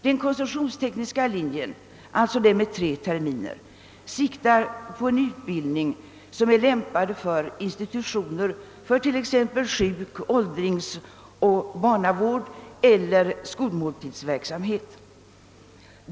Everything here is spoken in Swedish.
Den konsumtionstekniska linjen, d.v.s. den med tre terminer, siktar på en utbildning som är lämpad för t.ex. sjuk-, åldringsoch barnavårdsinstitutioner eller för skolmåltidsverksamhet.